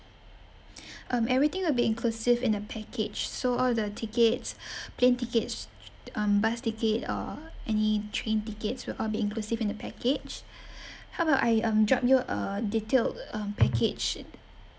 um everything will be inclusive in the package so all the tickets plane tickets um bus ticket or any train tickets will all be inclusive in the package how about I um drop you a detailed um package